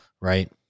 right